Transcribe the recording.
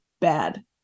bad